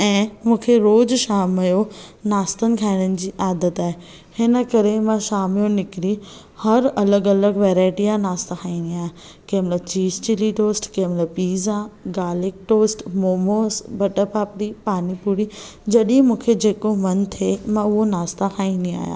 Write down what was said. ऐंं मूंखे रोज़ शाम जो नाश्तनि खाइण जी आदत आहे हिन करे मां शाम जो निकरी हर अलॻि अलॻि वैराइटी जा नाश्ता खाईंदी आहियां कंहिं महिल चीज़ चिल्ली डॉल्स कंहिं महिल pizza garlic toast momos butter papdi pani puri जॾहिं मूंखे जेको मन थे मां उहो नाश्ता खाईंदी आहियां